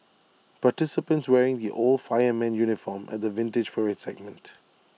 participants wearing the old fireman's uniform at the Vintage Parade segment